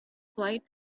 flight